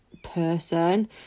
person